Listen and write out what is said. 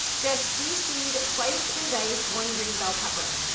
just deseed, slice, and dice one green bell pepper.